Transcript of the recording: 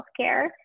healthcare